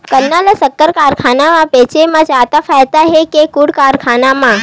गन्ना ल शक्कर कारखाना म बेचे म जादा फ़ायदा हे के गुण कारखाना म?